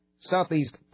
Southeast